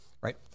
Right